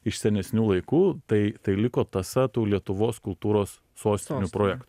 iš senesnių laikų tai tai liko tąsa tų lietuvos kultūros sostinių projekt